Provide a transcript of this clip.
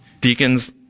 Deacons